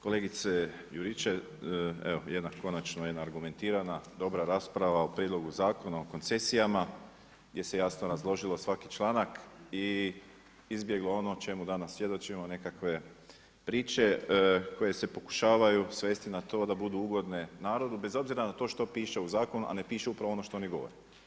Kolegice Juričev, evo konačno jedna argumentirana dobra rasprava o Prijedlogu Zakona o koncesijama gdje se jasno razložilo svaki članak i izbjeglo ono čemu danas svjedočimo nekakve priče koje se pokušavaju svesti na to da budu ugodne narodu bez obzira na to što piše u zakonu, a ne piše upravo ono što oni govore.